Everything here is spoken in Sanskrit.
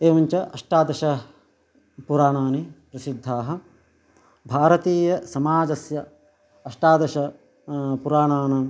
एवञ्च अष्टादशपुराणानि प्रसिद्धाः भारतीयसमाजस्य अष्टादश पुराणानां